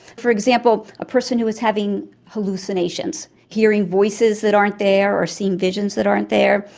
for example, a person who is having hallucinations, hearing voices that aren't there or seeing visions that aren't there,